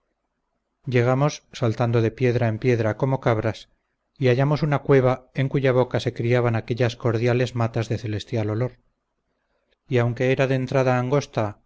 llegamos saltando de piedra en piedra como cabras y hallamos una cueva en cuya boca se criaban aquellas cordiales matas de celestial olor y aunque era de entrada angosta